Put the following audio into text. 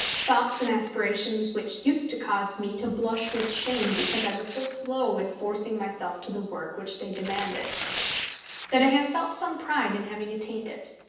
thoughts and aspirations which used to cause me to blush with shame because i was so slow in forcing myself to the work which they demanded that i have felt some pride in having attained it.